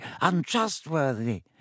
untrustworthy